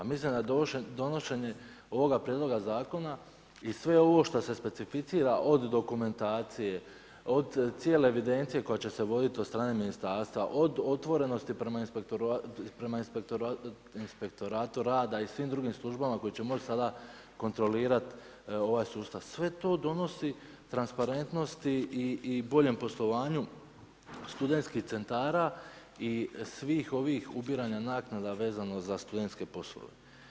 Mislim da donošenje ovoga prijedloga zakona i sve ovo što se specificira od dokumentacije, od cijele evidencije koja će se vodit od strane ministarstva, od otvorenosti prema inspektoratu rada i svim drugim službama koji će moć sada kontrolirat ovaj sustav, sve to donosi transparentnosti i boljem poslovanju studentskih centara i svih ovih ubiranja naknada vezano za studentske poslove.